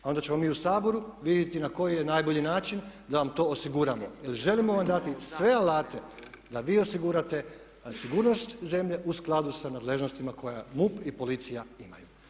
Onda ćemo mi u Saboru vidjeti koji je najbolji način da vam to osiguramo, jer želimo vam dati sve alate da vi osigurate sigurnost zemlje u skladu sa nadležnostima koje MUP i policija imaju.